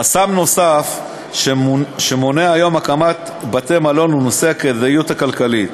חסם נוסף שמונע היום הקמת בתי-מלון הוא הכדאיות הכלכלית.